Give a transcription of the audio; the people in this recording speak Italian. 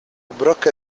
brocca